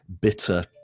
bitter